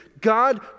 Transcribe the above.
God